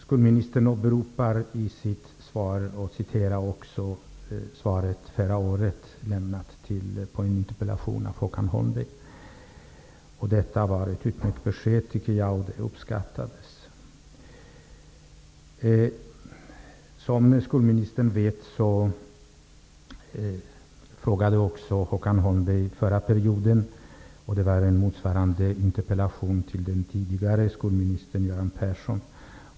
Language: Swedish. Skolministern åberopar i sitt svar och citerar också ur ett svar som hon förra året lämnade en interpellation från Håkan Holmberg. Jag tycker att var är ett utmärkt besked, och det har uppskattats. Som skolministern vet ställde Håkan Holmberg förra mandatperioden liknande interpellation till den tidigare skolministern Göran Persson.